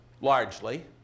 largely